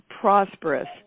prosperous